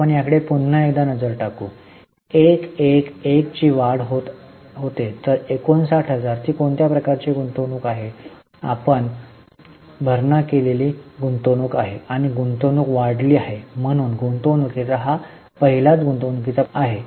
आपण याकडे पुन्हा एकदा नजर टाकू 1 1 1 ची वाढ होत तर 59000 ती कोणत्या प्रकारची गुंतवणूक आहे आपण भरणा केलेली गुंतवणूक आहे आणि गुंतवणूक वाढली आहे म्हणून गुंतवणूकीचा हा पहिलाच गुंतवणूकीचा प्रकार आहे